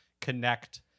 connect